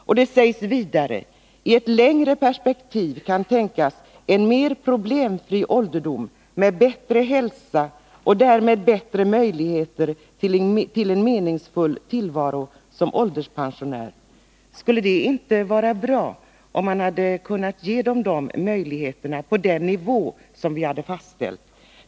Och det sägs vidare: ”I ett längre perspektiv kan tänkas en mer problemfri ålderdom med bättre hälsa och därmed bättre möjligheter till en meningsfull tillvaro som ålderspensionär.” Skulle det inte vara bra om man hade kunnat erbjuda de möjligheterna på den nivå som ursprungligen fastställts?